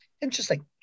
Interesting